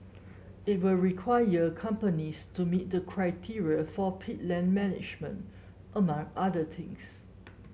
it will require companies to meet the criteria for peat land management among other things